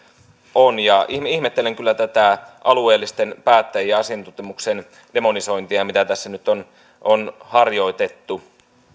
on ihmettelen kyllä tätä alueellisten päättäjien ja asiantuntemuksen demonisointia mitä tässä nyt on on harjoitettu